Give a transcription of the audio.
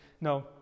No